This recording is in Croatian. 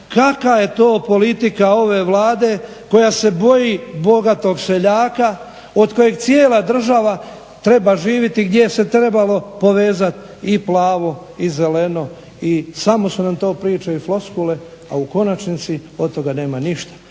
kakva je to politika ove Vlade koja se boji bogatog seljaka od kojeg cijela država treba živjeti, gdje se je trebalo povezati i plavo i zeleno, i samo su nam to priče i floskule a u konačnici od toga nema ništa.